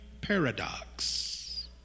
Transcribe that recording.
Paradox